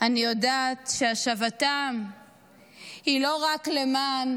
גם בבית הזה, אני יודעת שהשבתם היא לא רק למען